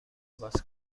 عوض